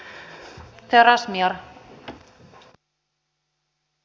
arvoisa rouva puhemies